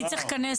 מי צריך לכנס מה?